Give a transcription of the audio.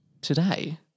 today